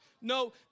No